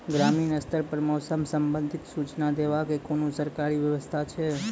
ग्रामीण स्तर पर मौसम संबंधित सूचना देवाक कुनू सरकारी व्यवस्था ऐछि?